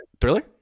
Thriller